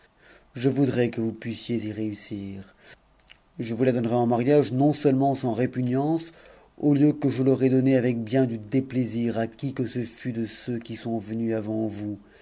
je voudrais que vous pussiez y réussir je vous la donnerais en mariafc non-seulement sans répugnance au lieu que je l'aurais donnée avec bip du déplaisir à qui que ce fût de ceux qui sont venus avant vous